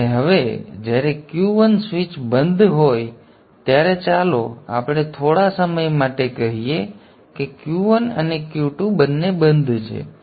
અને હવે જ્યારે Q1 સ્વીચ બંધ હોય ત્યારે ચાલો આપણે થોડા સમય માટે કહીએ કે Q1 અને Q2 બંને બંધ છે